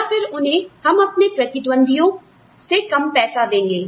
या फिर उन्हें हम अपने प्रतिद्वंद्वियों से कम पैसा देंगे